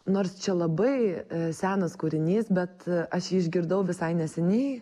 nors čia labai senas kūrinys bet aš jį išgirdau visai neseniai